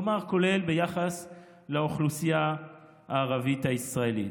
כלומר כולל ביחס לאוכלוסייה הערבית הישראלית.